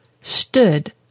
stood